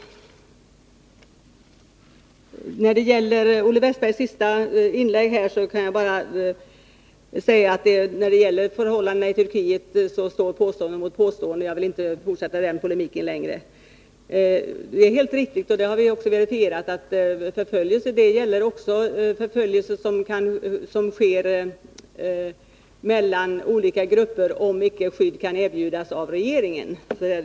Med anledning av Olle Wästbergs senaste inlägg kan jag bara säga att påstående står mot påstående när det gäller förhållandena i Turkiet. Jag vill inte längre fortsätta den polemiken. Det är helt riktigt — vilket jag också har verifierat — att som förföljelse även betraktas sådan förföljelse som sker mellan olika grupper, om icke skydd kan erbjudas av regeringen.